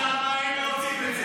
מי אנחנו?